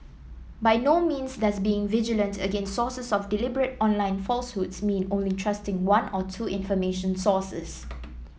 by no means does being vigilant against sources of deliberate online falsehoods mean only trusting one or two information sources